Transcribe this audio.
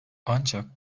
ancak